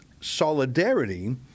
solidarity